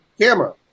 camera